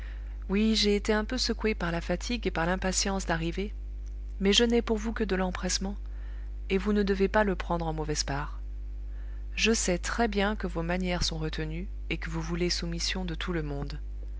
oui j'ai été un peu secoué par la fatigue et par l'impatience d'arriver mais je n'ai pour vous que de l'empressement et vous ne devez pas le prendre en mauvaise part je sais très-bien que vos manières sont retenues et que vous voulez soumission de tout le monde